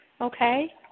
okay